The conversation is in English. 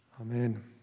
Amen